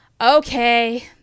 okay